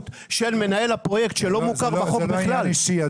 של מנהל הפרויקט שלא מוכר בחוק בכלל -- זה לא עניין אישי,